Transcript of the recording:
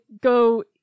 go